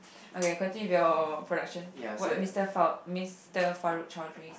okay continue with your production what Mister Fa~ Mister Farouk-Chaouni